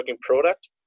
product